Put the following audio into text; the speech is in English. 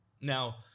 Now